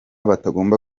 batagomba